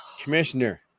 commissioner